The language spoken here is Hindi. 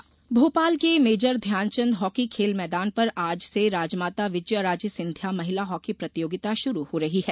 हॉकी टूर्नामेंट भोपाल के मेजर ध्यानचंद हॉकी खेल मैदान पर आज से राजमाता विजयाराजे सिंधिया महिला हॉकी प्रतियोगिता शुरू हो रही है